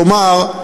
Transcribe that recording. כלומר,